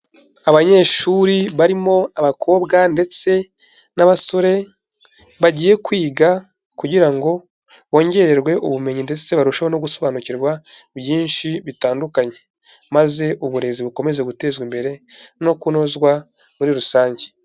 Abanyeshuri barimo abakobwa ndetse n'abasore bagiye kwiga kugira ngo bongererwe ubumenyi ndetse barusheho gusobanukirwa byinshi bitandukanye, maze uburezi bukomeze gutezwa imbere no kunozwa muri rusange.